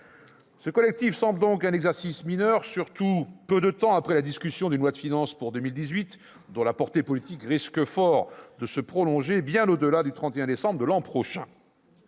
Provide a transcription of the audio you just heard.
Ce collectif semble donc un exercice mineur, surtout peu de temps après la discussion d'une loi de finances pour 2018 dont la portée politique risque fort de se prolonger bien au-delà du 31 décembre de l'an prochain